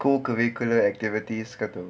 co-curricular activities kau tahu